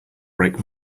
break